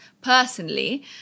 personally